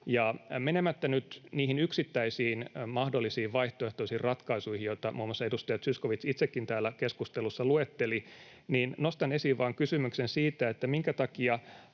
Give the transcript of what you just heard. Menemättä nyt niihin yksittäisiin mahdollisiin vaihtoehtoisiin ratkaisuihin, joita muun muassa edustaja Zyskowicz itsekin täällä keskustelussa luetteli, nostan esiin vaan kysymyksen siitä, minkä takia